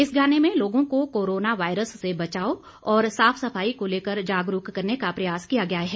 इस गाने में लोगों को कोरोना वायरस से बचाव और साफ सफाई को लेकर जागरूक करने का प्रयास किया गया है